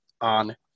on